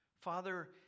Father